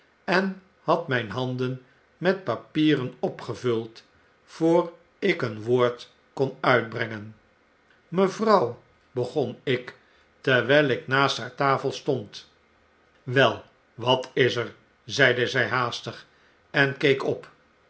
en had myn handen met papieren opgevuld voor ik een woord kon uitbrengen mevrouw begon ik terwijl ik naast haar tafel stond wei wat is er zeide zij haastig en keek op